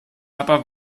aber